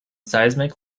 seismic